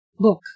book